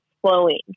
flowing